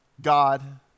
God